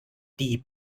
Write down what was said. die